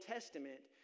Testament